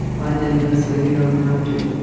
i did this so you don't have to.